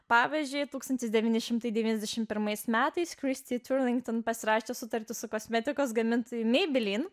pavyzdžiui tūkstantis devyni šimtai devyniasdešimt pirmais metais kristi tiurlington pasirašė sutartį su kosmetikos gamintojai maybelline